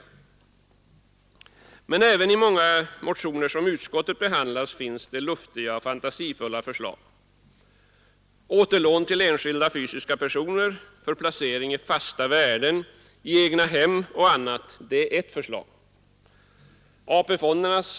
SR Nöstrrntsatlanrtrlong BrNRA Men även i många motioner som utskottet behandlar finns det luftiga Allmänna pensionsoch fantasifulla förslag. Återlån till enskilda fysiska personer för fondens förvaltning, placering i fasta värden, i egnahem och annat, är ett förslag. AP-fondernas =”.